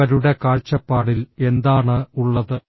അവരുടെ കാഴ്ചപ്പാടിൽ എന്താണ് ഉള്ളത്